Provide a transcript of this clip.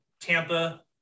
Tampa